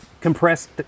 compressed